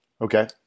Okay